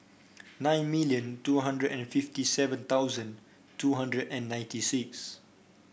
nine million two hundred and fifty seven thousand two hundred and ninety six